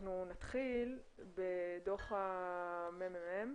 אנחנו נתחיל בדו"ח הממ"מ,